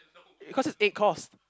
cause it's eight course